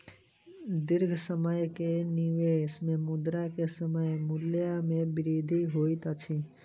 दीर्घ समय के निवेश में मुद्रा के समय मूल्य में वृद्धि होइत अछि